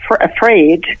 afraid